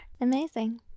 Amazing